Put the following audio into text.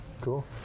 Cool